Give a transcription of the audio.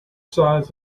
size